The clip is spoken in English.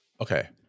okay